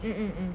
mm mm